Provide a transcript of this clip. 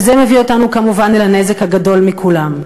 וזה מביא אותנו כמובן אל הנזק הגדול מכולם,